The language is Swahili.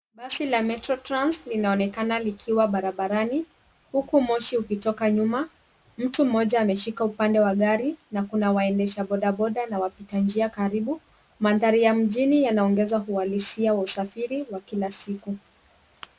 Basi la Metrotrans linaonekana likiwa barabarani huku moshi ukitoka nyuma . Mtu mmoja ameshika upande wa gari na kuna waendesha bodaboda na wapita njia karibu. Mandhari ya mjini yanaongeza uhalisia wa usafiri wa kila siku.